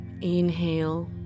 inhale